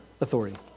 authority